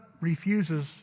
refuses